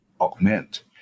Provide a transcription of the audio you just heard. augment